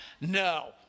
No